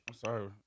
sorry